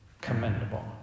commendable